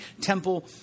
temple